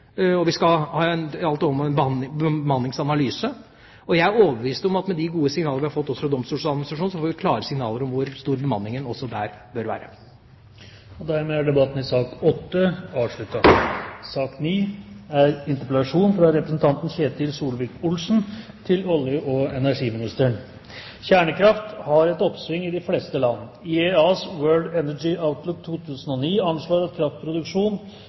få. Vi skal ha det i kriminalomsorgen nå, vi har fått det i politiet, og vi skal ha en bemanningsanalyse. Jeg er overbevist om at med de gode signaler vi har fått også fra Domstoladministrasjonen, får vi klare signaler om hvor stor bemanningen også der bør være. Dermed er debatten i sak nr. 8 avsluttet. Utgangspunktet for denne interpellasjonen er